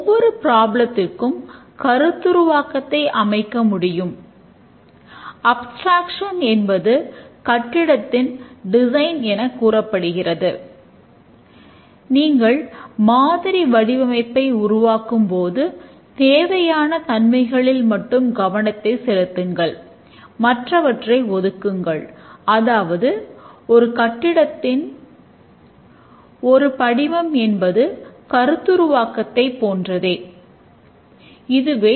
அவ்வாறு இருக்க மிகவும் அதிநவீன மாதிரியை உருவாக்கும்போது கூட நமக்கு அது மிக சுலபமாகவே இருக்கும்